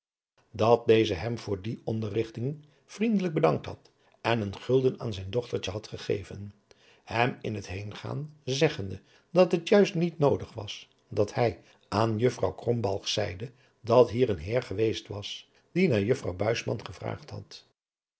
dat deze hem voor die onderrigting vriendelijk bedankt had en een gulden aan zijn dochtertje had gegeven hem in het heengaan zeggende dat het juist niet noodig was dat hij aan juffrouw krombalg zeide dat hier een heer geweest was die naar juffrouw buisman gevraagd had